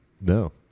No